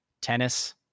tennis